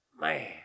Man